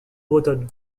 bretonnes